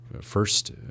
first